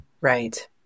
Right